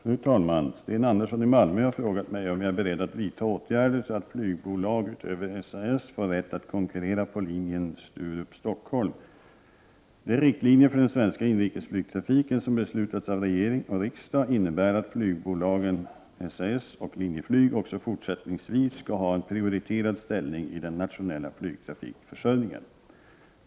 Fru talman! Sten Andersson i Malmö har frågat mig om jag är beredd att vidtaga åtgärder så att flygbolag utöver SAS får rätt att konkurrera på linjen Sturup-Stockholm. De riktlinjer för den svenska inrikesflygtrafiken som beslutats av regering och riksdag innebär att flygbolagen SAS och Linjeflyg också fortsättningsvis skall ha en prioriterad ställning i den nationella flygtrafikförsörjningen.